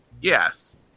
yes